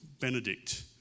Benedict